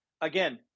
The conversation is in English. Again